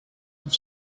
have